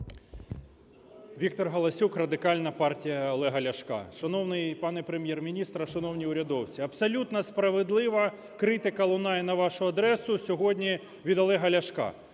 Віктор Галасюк, Радикальна партія Олега Ляшка. Шановний пане Прем’єр-міністр, шановні урядовці, абсолютно справедливо критика лунає на вашу адресу сьогодні від Олега Ляшка.